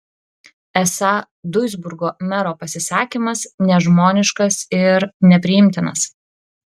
esą duisburgo mero pasisakymas nežmoniškas ir nepriimtinas